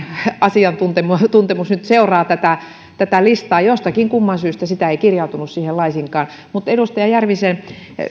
asiantuntemus nyt seuraa tätä tätä listaa jostakin kumman syystä sitä ei kirjautunut siihen laisinkaan näihin edustaja järvisen